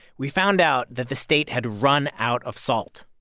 we found out that the state had run out of salt.